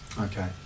Okay